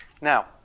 Now